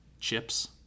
chips